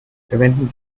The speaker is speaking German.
verwenden